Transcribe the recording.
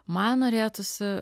man norėtųsi